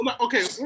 Okay